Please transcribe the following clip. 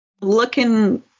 looking